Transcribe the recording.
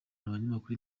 abanyamakuru